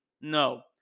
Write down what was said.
No